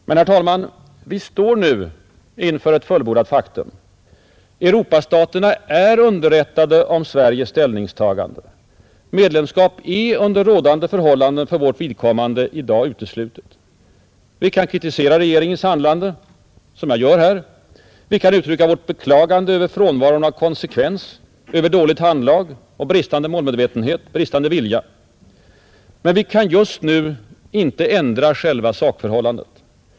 Men, herr talman, vi står nu inför ett fullbordat faktum. Europastaterna är underrättade om Sveriges ställningstagande. Medlemskap är under rådande förhållanden för vårt vidkommande i dag uteslutet. Vi kan kritisera regeringens handlande, som jag gör här. Vi kan uttrycka vårt beklagande över frånvaron av konsekvens, över dåligt handlag, bristande målmedvetenhet och bristande vilja. Men vi kan just nu inte ändra själva sakförhållandet.